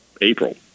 April